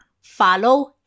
Follow